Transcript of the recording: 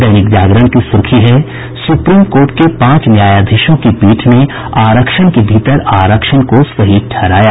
दैनिक जागरण की सुर्खी है सुप्रीम कोर्ट के पांच न्यायाधीशों की पीठ ने आरक्षण को भीतर आरक्षण को सही ठहराया